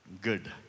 Good